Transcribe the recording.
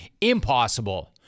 impossible